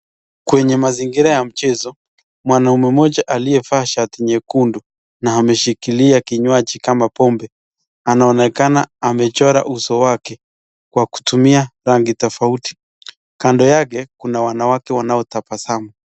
Kwenye mazingira ya mchezo mwanaume mmoja aliyevaa shati nyekundu na ameshikilia kinywaji kama pombe anaonekana amechora uso wake kwa kutumia rangi tofauti. Kando yake kuna wanawake wanao tabasamu.